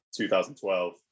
2012